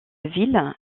ville